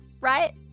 right